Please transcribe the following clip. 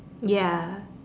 ya